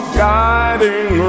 guiding